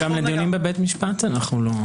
גם לדיונים בבית משפט לא.